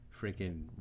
freaking